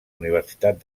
universitat